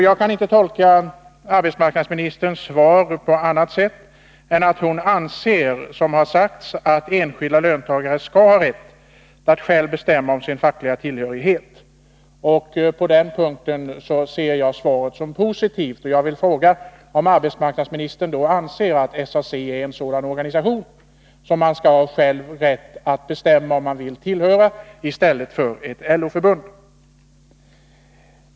Jag kan inte tolka arbetsmarknadsministerns svar på annat sätt än att hon anser — som har sagts — att enskilda löntagare skall ha rätt att själva bestämma om sin fackliga tillhörighet. På den punkten ser jag svaret som positivt, och jag vill fråga om arbetsmarknadsministern anser att SAC är en sådan organisation som man själv kan ha rätt att bestämma om man vill tillhöra i stället för ett LO-förbund.